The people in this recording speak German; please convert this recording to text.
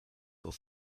vor